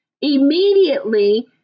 immediately